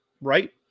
Right